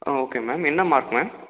ஆ okay ma'am என்ன mark ma'am